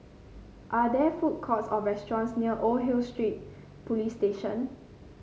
are there food courts or restaurants near Old Hill Street Police Station